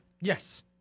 Yes